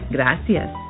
Gracias